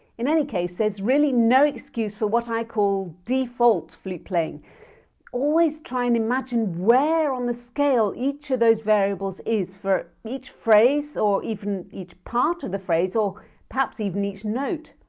in any case, there's really no excuse for what i call, default flute playing always try and imagine where on the scale each of these variables is for each phrase or even each part of the phrase or perhaps even each note!